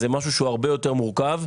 זה משהו שהוא הרבה יותר מורכב.